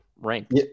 ranked